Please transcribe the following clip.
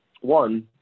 one